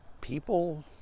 people